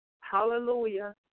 hallelujah